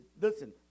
listen